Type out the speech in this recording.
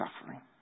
suffering